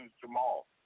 Jamal